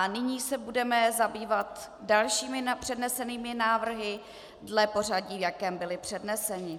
Nyní se budeme zabývat dalšími přednesenými návrhy dle pořadí, v jakém byly předneseny.